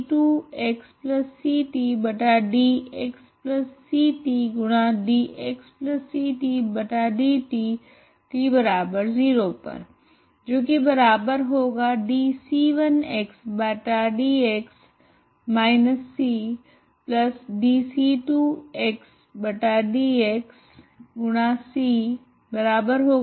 तो f c1c2 utx0 का क्या होगा तो utx0 क्या होगा